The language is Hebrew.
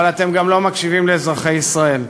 אבל אתם גם לא מקשיבים לאזרחי ישראל.